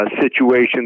situation